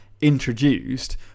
introduced